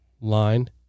line